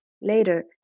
Later